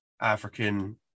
African